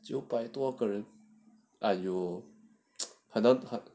九百多个人 !aiyo! 很难